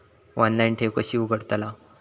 Online ठेव कशी उघडतलाव?